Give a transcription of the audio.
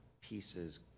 pieces